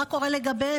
מה קורה לגביהם?